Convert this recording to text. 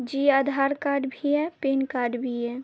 جی Aadhaar card بھی ہے PAN card بھی ہے